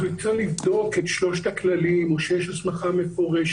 אז הוא יצטרך לבדוק את שלושת הכללים או שיש הסמכה מפורשת,